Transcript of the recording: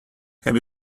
have